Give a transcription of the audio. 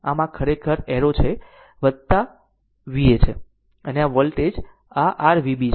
આમ આ ખરેખર એરો છે આ Va છે અને આ વોલ્ટેજ આ r Vb છે